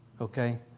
Okay